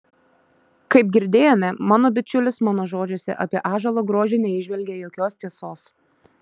kaip girdėjome mano bičiulis mano žodžiuose apie ąžuolo grožį neįžvelgė jokios tiesos